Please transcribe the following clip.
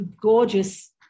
gorgeous